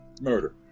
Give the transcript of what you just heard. Murder